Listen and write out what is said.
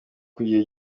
kugira